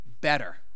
better